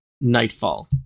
nightfall